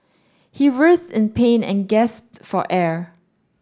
he writhed in pain and gasped for air